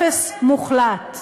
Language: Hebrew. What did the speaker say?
אפס מוחלט.